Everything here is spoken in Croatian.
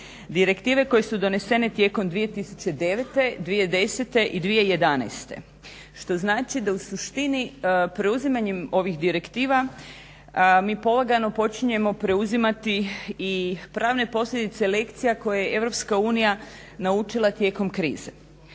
direktive koje su donesene tijekom 2009., 2010. i 2011. što znači da u suštini preuzimanjem ovih direktiva mi polagano počinjemo preuzimati i pravne posljedice lekcija koje je Europska unija naučila tijekom krize.